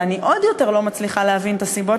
ואני עוד יותר לא מצליחה להבין את הסיבות